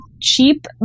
cheap